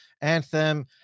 anthem